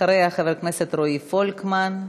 אחריה, חבר הכנסת רועי פולקמן.